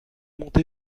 monté